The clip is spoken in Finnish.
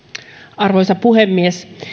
arvoisa puhemies